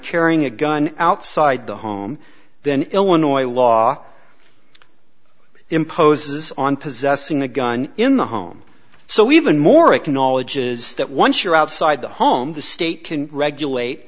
carrying a gun outside the home then illinois law imposes on possessing a gun in the home so even more acknowledges that once you're outside the home the state can regulate